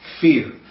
fear